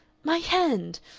my hand!